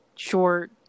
Short